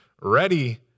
ready